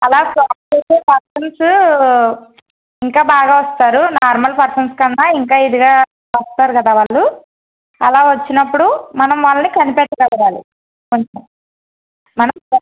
అలా పర్సన్స్ ఇంకా బాగా వస్తారు నార్మల్ పర్సన్స్ కన్నా ఇంకా ఇదిగా వస్తారు కదా వాళ్ళు అలా వచ్చినప్పుడు మనం వాళ్ళని కనిపెట్టగలగాలి కొంచెం మనం